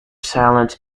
silent